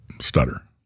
stutter